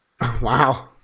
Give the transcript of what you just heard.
Wow